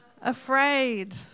afraid